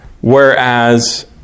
whereas